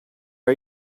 are